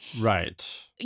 Right